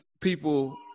people